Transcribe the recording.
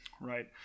right